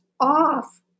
off